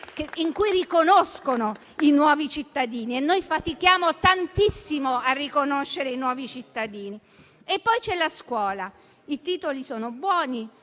in cui riconoscono i nuovi cittadini, mentre noi fatichiamo tantissimo a riconoscere i nuovi cittadini. Poi c'è la scuola: i titoli sono buoni,